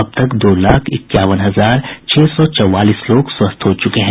अब तक दो लाख इक्यावन हजार छह सौ चौवालीस लोग स्वस्थ्य हो चुके हैं